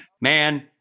Man